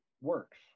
works